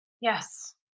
Yes